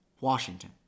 Washington